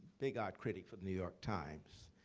big art critic for the new york times.